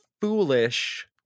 foolish